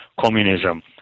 communism